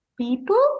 people